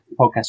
podcast